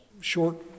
short